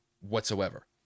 whatsoever